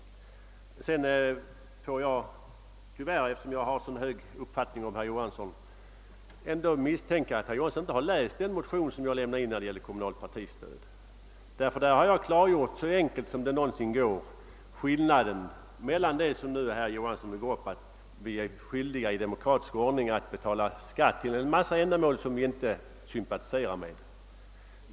Jag måste tyvärr — jag säger det eftersom jag har en så hög uppfattning om herr Johansson — misstänka att han inte läst den motion i fråga om kommunalt partistöd som jag väckt. Jag har nämligen där så enkelt som möjligt redogjort för skillnaden mellan det aktuella fallet och det förhållandet att vi är skyldiga att i demokratisk ordning betala skatt till en mängd ändamål, som vi inte sympatiserar med.